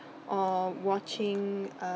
or watching a